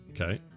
Okay